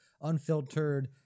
unfiltered